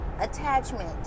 attachment